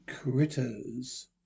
Critters